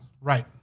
Right